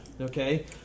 okay